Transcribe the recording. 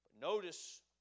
Notice